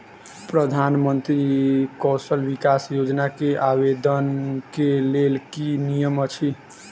प्रधानमंत्री कौशल विकास योजना केँ आवेदन केँ लेल की नियम अछि?